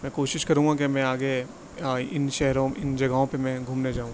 میں کوشش کروں گا کہ میں آگے ان شہروں ان جگہوں پہ میں گھومنے جاؤں